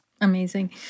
Amazing